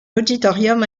auditorium